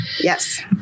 Yes